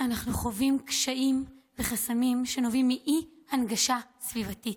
אנחנו חווים קשיים וחסמים שנובעים מאי-הנגשה סביבתית.